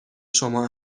شما